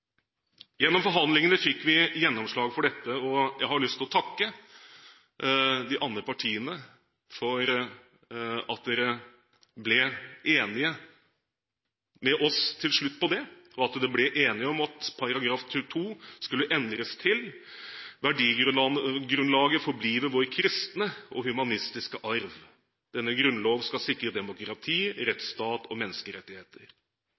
Gjennom forhandlingene fikk vi gjennomslag for dette, og jeg har lyst til å takke de andre partiene for at de til slutt ble enige med oss om det, og at det ble enighet om at § 2 skulle endres til: «Værdigrundlaget forbliver vor kristne og humanistiske Arv. Denne Grundlov skal sikre